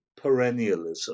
perennialism